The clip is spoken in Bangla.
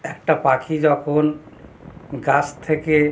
একটা পাখি যখন গাছ থেকে